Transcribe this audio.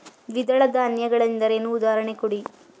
ದ್ವಿದಳ ಧಾನ್ಯ ಗಳೆಂದರೇನು, ಉದಾಹರಣೆ ಕೊಡಿ?